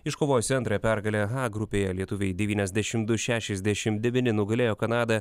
iškovojusi antrąją pergalę h grupėje lietuviai devyniasdešimt du šešiasdešimt devyni nugalėjo kanadą